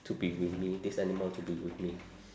to be with me this animal to be with me